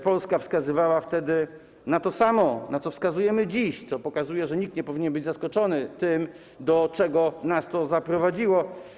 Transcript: Polska wskazywała wtedy na to samo, na co wskazujemy dziś, co pokazuje, że nikt nie powinien być zaskoczony tym, do czego nas to zaprowadziło.